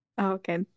okay